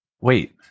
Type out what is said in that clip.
Wait